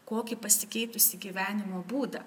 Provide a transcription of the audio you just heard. kokį pasikeitusį gyvenimo būdą